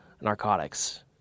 narcotics